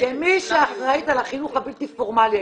כמי שאחראית על החינוך הבלתי פורמלי,